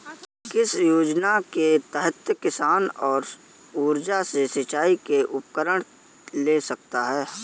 किस योजना के तहत किसान सौर ऊर्जा से सिंचाई के उपकरण ले सकता है?